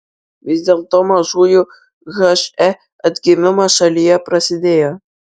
vis dėlto mažųjų he atgimimas šalyje prasidėjo